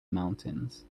mountains